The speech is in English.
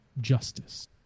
justice